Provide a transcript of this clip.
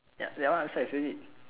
ya that one up size already